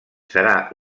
serà